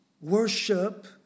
worship